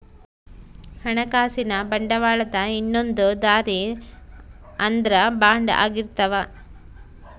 ಹಣಕಾಸಿನ ಬಂಡವಾಳದ ಇನ್ನೊಂದ್ ದಾರಿ ಅಂದ್ರ ಬಾಂಡ್ ಆಗಿರ್ತವ